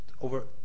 over